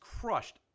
crushed